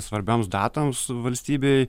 svarbioms datoms valstybėj